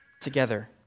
together